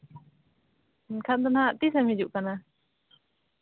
ᱮᱱᱠᱷᱟᱱ ᱫᱚ ᱱᱟᱦᱟᱸᱜ ᱛᱤᱥ ᱮᱢ ᱦᱤᱡᱩᱜ ᱠᱟᱱᱟ